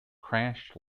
crash